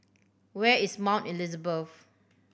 where is Mount Elizabeth